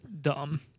dumb